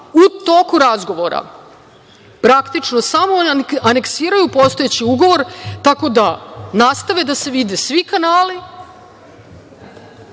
u toku razgovora praktično samo aneksiraju postojeći ugovor, tako da nastave da se vide svi kanali